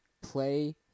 play